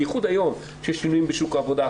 בייחוד היום שיש שינויים בשוק העבודה,